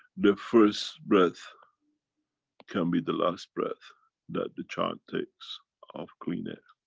the first breath can be the last breath that the child takes of clean air.